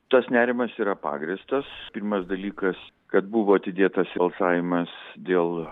tas nerimas yra pagrįstas pirmas dalykas kad buvo atidėtas balsavimas dėl